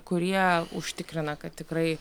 kurie užtikrina kad tikrai